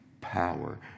power